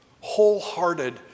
wholehearted